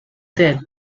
dead